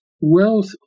wealth